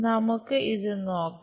നമുക്ക് ഇത് നോക്കാം